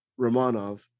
Romanov